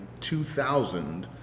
2000